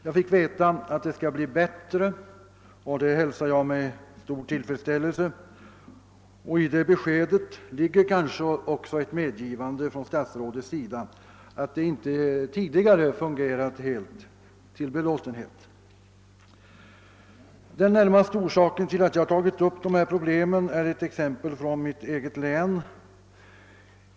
Jag fick veta, att det skall bli bättre — och detta hälsar jag med tillfredsställelse — och i detta besked ligger kanske också ett medgivande från statsrådets sida att det inte tidigare fungerat helt till belåtenhet. Den närmaste orsaken till att jag ta git upp dessa problem är exempel från mitt eget län.